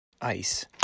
ice